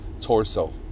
torso